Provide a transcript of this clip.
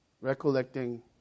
Recollecting